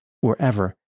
wherever